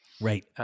Right